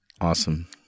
awesome